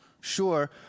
sure